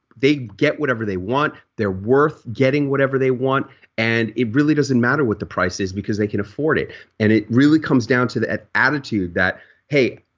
they get whatever they want. they're worth getting whatever they want and it really doesn't matter what the price is because they can afford it and it really comes down to the attitude that hey,